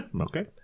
Okay